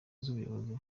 z’ubuyobozi